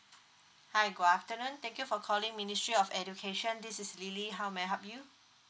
hi good afternoon thank you for calling ministry of education this is lily how may I help you